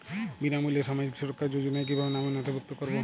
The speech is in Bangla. বিনামূল্যে সামাজিক সুরক্ষা যোজনায় কিভাবে নামে নথিভুক্ত করবো?